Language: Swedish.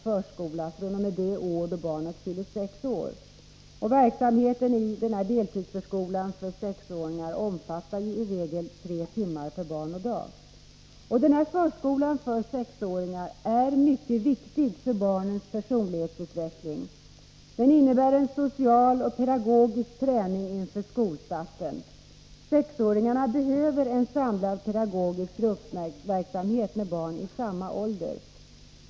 Förskolan för 6-åringar är mycket viktig för barnens personlighetsutveckling och innebär en social och pedagogisk träning inför skolstarten. 6 åringarna behöver en samlad pedagogisk gruppverksamhet med barn i samma ålder.